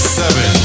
seven